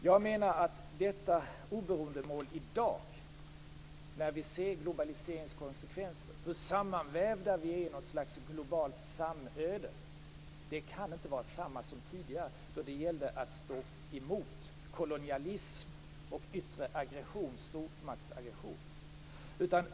Jag menar att oberoendemålet i dag, när vi ser globaliseringskonsekvenser och hur sammanvävda vi är i något slags globalt samöde, inte kan var samma som tidigare då det gällde att stå emot kolonialism och yttre stormaktsaggression.